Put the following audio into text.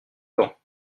temps